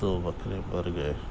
دو بکرے مر گئے